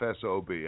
SOB